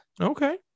Okay